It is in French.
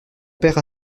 père